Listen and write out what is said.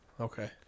Okay